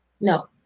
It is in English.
No